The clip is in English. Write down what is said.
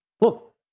look